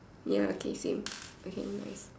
ya okay same okay nice